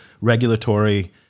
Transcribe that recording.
regulatory